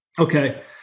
Okay